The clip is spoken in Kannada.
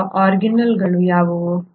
ಈಗ ಆರ್ಗಾನ್ಯಿಲ್ಗಳು ಯಾವುವು